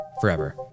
forever